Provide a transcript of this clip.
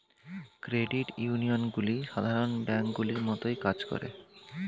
credit ইউনিয়নগুলি সাধারণ ব্যাঙ্কগুলির মতোই কাজ করে